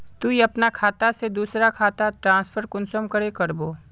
तुई अपना खाता से दूसरा खातात ट्रांसफर कुंसम करे करबो?